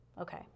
Okay